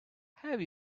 have